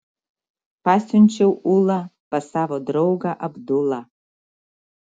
pasiunčiau ulą pas savo draugą abdulą